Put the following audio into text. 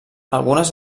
algunes